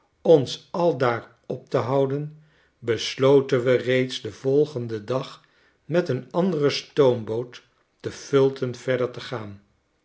ons aldaar op te houden besloten we reeds den volgenden dag met een andere stoomboot de fulton verder te gaan